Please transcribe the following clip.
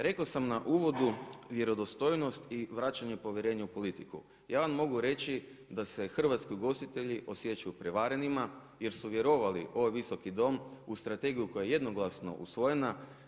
Rekao sam u uvodu vjerodostojnost i vraćanje povjerenja u politiku, ja vam mogu reći da se hrvatski ugostitelji osjećaju prevarenima jer su vjerovali u ovaj Visoki dom, u strategiju koja je jednoglasno usvojena.